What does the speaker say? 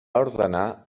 ordenar